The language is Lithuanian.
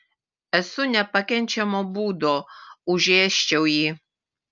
esu nepakenčiamo būdo užėsčiau jį